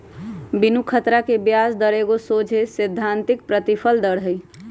बिनु खतरा के ब्याज दर एगो सोझे सिद्धांतिक प्रतिफल दर हइ